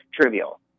trivial